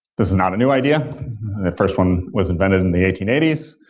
this is not a new idea. the first one was invented in the eighteen eighty s.